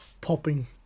popping